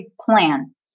plan